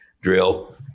drill